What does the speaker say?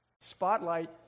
Spotlight